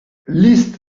liste